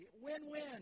win-win